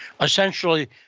Essentially